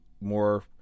more